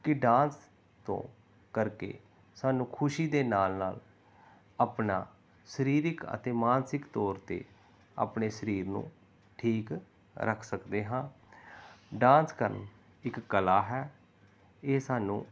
ਕਿ ਡਾਂਸ ਤੋਂ ਕਰਕੇ ਸਾਨੂੰ ਖੁਸ਼ੀ ਦੇ ਨਾਲ ਨਾਲ ਆਪਣਾ ਸਰੀਰਕ ਅਤੇ ਮਾਨਸਿਕ ਤੌਰ 'ਤੇ ਆਪਣੇ ਸਰੀਰ ਨੂੰ ਠੀਕ ਰੱਖ ਸਕਦੇ ਹਾਂ ਡਾਂਸ ਕਰਨ ਇੱਕ ਕਲਾ ਹੈ ਇਹ ਸਾਨੂੰ